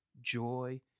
joy